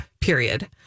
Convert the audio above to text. Period